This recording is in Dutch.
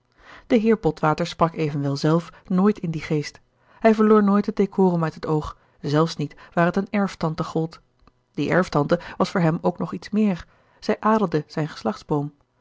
de heer botwater sprak evenwel zelf nooit in dien geest hij verloor nooit het decorum uit het oog zelfs niet waar het eene erftante gold die erftante was voor hem ook nog iets meer zij adelde zijn